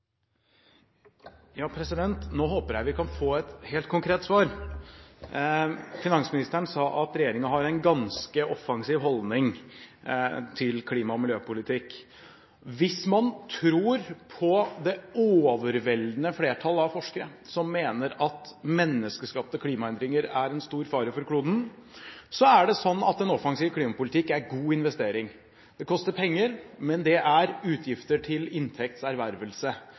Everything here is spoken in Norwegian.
kan få et helt konkret svar. Finansministeren sa at «regjeringen har en ganske offensiv holdning til miljø- og klimapolitikken». Hvis man tror på det overveldende flertall av forskere, som mener at menneskeskapte klimaendringer er en stor trussel for kloden, er en offensiv klimapolitikk en god investering. Det koster penger, men det er utgifter til inntekts ervervelse,